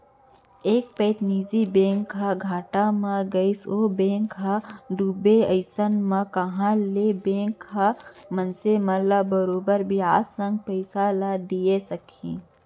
एक पइत निजी बैंक ह घाटा म गइस ओ बेंक ह डूबगे अइसन म कहॉं ले बेंक ह मनसे ल बरोबर बियाज संग पइसा ल दिये सकही